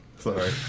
Sorry